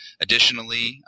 Additionally